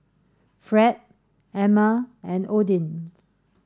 Fred Emma and Odin